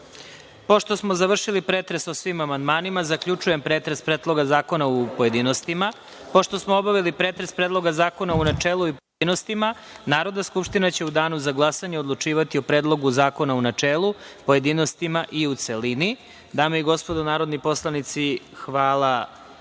smo završili pretres o svim amandmanima, zaključujem pretres Predloga zakona u pojedinostima. Pošto smo obavili pretres Predloga zakona u načelu i pojedinostima, Narodna skupština će u danu za glasanje odlučivati o Predlogu zakona u načelu, pojedinostima i celini. Dame i gospodo narodni poslanici, hvala